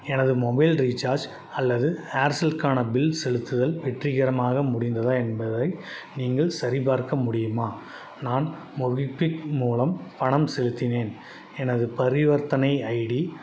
எனது mobile recharge அல்லது ஏர்செல்லுக்கான பில் செலுத்துதல் வெற்றிகரமாக முடிந்ததா என்பதை நீங்கள் சரிபார்க்க முடியுமா நான் மோபிக்விக் மூலம் பணம் செலுத்தினேன் எனது பரிவர்த்தனை ஐடி